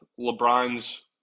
LeBron's